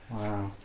Wow